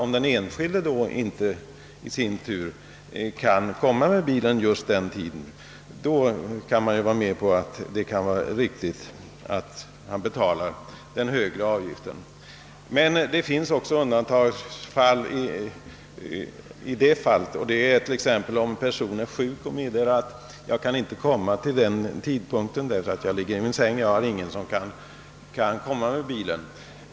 Om den enskilde däremot i sin tur inte kan komma med bilen på den bestämda tiden, är det naturligtvis riktigt att han betalar den högre avgiften. Det kan dock vara befogat med undantag även från den principen, t.ex. om en person är sjuk och meddelar att han inte kan komma med bilen på utsatt tid därför att han ligger i sin säng och inte har någon som kan köra bilen till stationen.